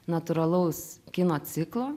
natūralaus kino ciklo